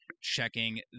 checking